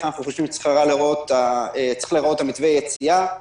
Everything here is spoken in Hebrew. אנחנו חושבים שצריך להיראות מתווה היציאה,